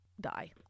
die